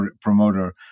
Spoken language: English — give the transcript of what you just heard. promoter